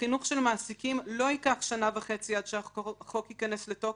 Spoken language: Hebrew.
חינוך של מעסיקים לא ייקח שנה וחצי עד שהחוק ייכנס לתוקף,